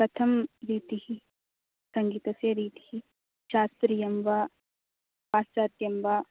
कथं रीतिः सङ्गीतस्य रीतिः शास्त्रीयं वा पाश्चात्यं वा